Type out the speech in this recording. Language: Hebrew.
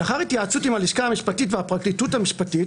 לאחר התייעצות עם הלשכה המשפטית והפרקליטות המשפטית,